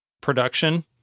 production